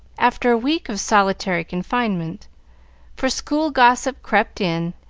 after a week of solitary confinement for school gossip crept in,